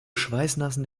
schweißnassen